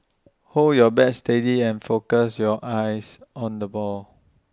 hold your bat steady and focus your eyes on the ball